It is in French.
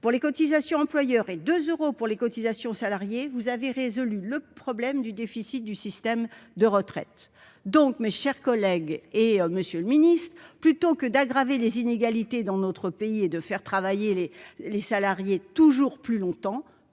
pour les cotisations employeurs et 2 euros pour les cotisations salariés vous avez résolu le problème du déficit du système de retraite donc mes chers collègues, et Monsieur le Ministre, plutôt que d'aggraver les inégalités dans notre pays et de faire travailler les les salariés toujours plus longtemps,